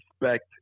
Respect